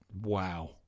Wow